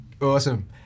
Awesome